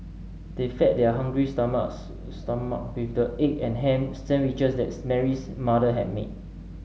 they fed their hungry stomachs stomach with the egg and ham sandwiches that Mary's mother had made